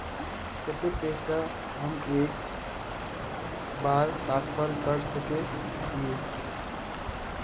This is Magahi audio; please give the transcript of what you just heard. केते पैसा हम एक बार ट्रांसफर कर सके हीये?